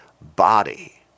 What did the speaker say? body